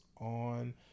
on